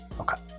Okay